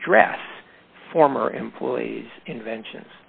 address former employees invention